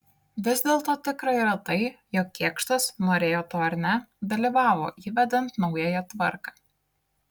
vis dėlto tikra yra tai jog kėkštas norėjo to ar ne dalyvavo įvedant naująją tvarką